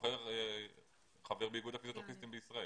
שבוחר להיות חבר באיגוד הפיזיותרפיסטים בישראל.